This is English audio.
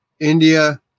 India